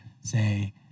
say